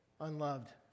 Unloved